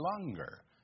longer